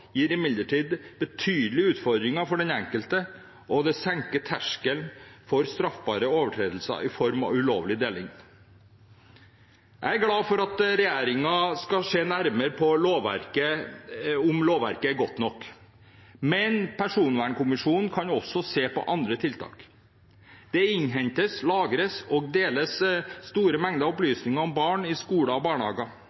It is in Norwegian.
gir imidlertid betydelige utfordringer for den enkelte, og det senker terskelen for straffbare overtredelser i form av ulovlig deling. Jeg er glad for at regjeringen skal se nærmere på om lovverket er godt nok. Men personvernkommisjonen kan også se på andre tiltak. Det innhentes, lagres og deles store mengder